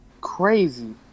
crazy